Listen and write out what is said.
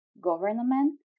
government